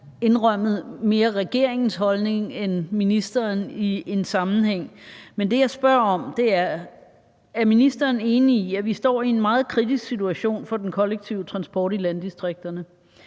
indrømmet, mere regeringens holdning end ministerens. Men det, jeg spørger om, er: Er ministeren enig i, at vi står i en meget kritisk situation for den kollektive transport i landdistrikterne?